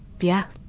yeah.